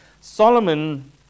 Solomon